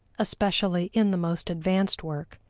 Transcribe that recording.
especially in the most advanced work,